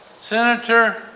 Senator